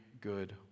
good